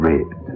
Red